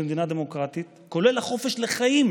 במדינה דמוקרטית, כולל החופש לחיים,